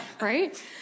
right